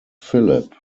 philip